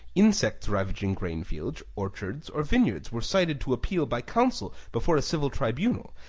insects ravaging grain fields, orchards or vineyards were cited to appeal by counsel before a civil tribunal,